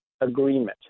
agreement